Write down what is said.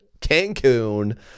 Cancun